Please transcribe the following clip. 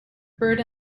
bird